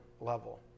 level